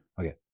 okay